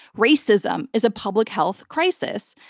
racism is a public health crisis.